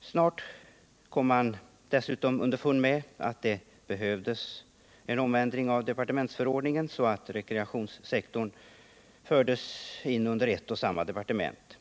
Snart kom man dessutom underfund med att det behövdes en omändring av departementsförordningen så att rekreationssektorn fördes in under ett och samma departement.